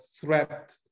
threat